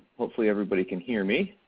hopefully everybody can hear me.